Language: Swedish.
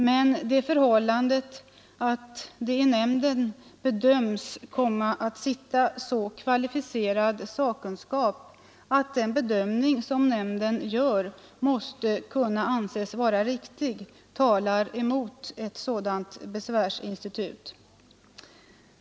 Men det förhållandet att det i nämnden bedöms komma att finnas så kvalificerad sakkunskap att den bedömning som nämnden gör måtte kunna anses vara riktig talar mot ett sådant besvärsinstitut.